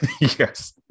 Yes